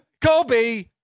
Kobe